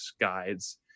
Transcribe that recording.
guides